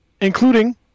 Including